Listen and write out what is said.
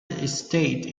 estate